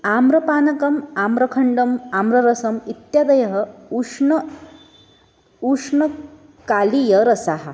आम्रपानकम् आम्रखण्डम् आम्ररसम् इत्यादयः उष्णाः उष्णकालीयरसाः